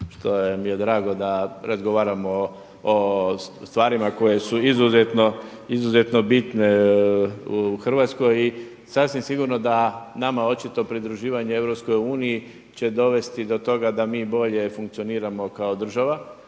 što mi je drago da razgovaramo o stvarima koje su izuzetno bitne u Hrvatskoj. I sasvim sigurno da nama očito pridruživanje EU će dovesti do toga da mi bolje funkcioniramo kao država,